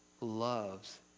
loves